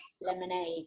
Lemonade